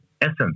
essence